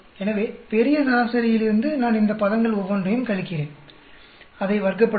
எனவே பெரிய சராசரியிலிருந்து நான் இந்த பதங்கள் ஒவ்வொன்றையும் கழிக்கிறேன் அதை வர்க்கப்ப்படுத்தவும்